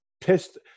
pissed